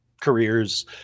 careers